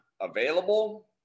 available